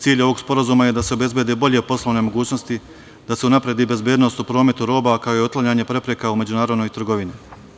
Cilj ovog sporazuma je da se obezbede bolje poslovne mogućnosti, da se unapredi bezbednost u prometu roba, kao i otklanjanje prepreka u međunarodnoj trgovini.